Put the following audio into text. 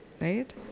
Right